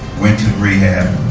went to rehab